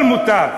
הכול מותר.